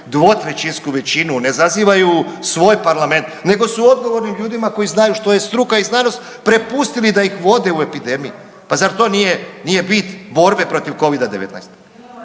dvotrećinsku većinu, ne zazivaju svoj parlament nego su odgovornim ljudima koji znaju što je struka i znanost prepustili da ih vode u epidemiji. Pa zar to nije bit borbe protiv covida-10?